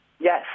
Yes